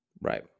Right